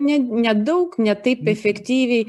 ne nedaug ne taip efektyviai